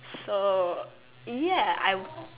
so ya I